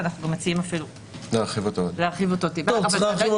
אנו מציעים להרחיב אותו אפילו טיפה יותר.